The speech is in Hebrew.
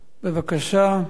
בבקשה.